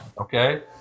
okay